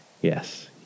Yes